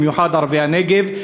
במיוחד ערביי הנגב,